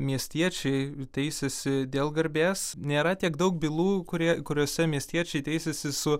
miestiečiai teisėsi dėl garbės nėra tiek daug bylų kurie kuriuose miestiečiai teisėsi su